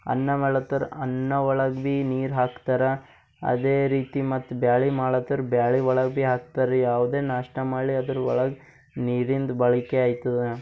ಅನ್ನ ಮಾಡ್ಲತ್ತರ ಅನ್ನ ಒಳಗ್ ಬಿ ನೀರು ಹಾಕ್ತರ ಅದೇ ರೀತಿ ಮತ್ತು ಬ್ಯಾಳಿ ಮಾಡತ್ತರ ಬ್ಯಾಳಿ ಒಳಗೆ ಭಿ ಹಾಕ್ತಾರೆ ರಿ ಯಾವುದೇ ನಾಷ್ಟ ಮಾಡಲಿ ಅದರ ಒಳಗೆ ನೀರಿನ್ದು ಬಳಕೆ ಅಯ್ತದ